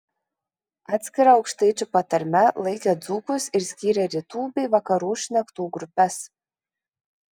atskira aukštaičių patarme laikė dzūkus ir skyrė rytų bei vakarų šnektų grupes